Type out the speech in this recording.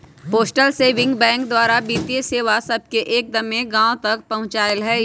postal saving bank द्वारा वित्तीय सेवा सभके एक्दम्मे गाँव तक पहुंचायल हइ